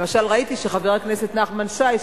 למשל ראיתי שחבר הכנסת נחמן שי,